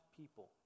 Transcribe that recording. people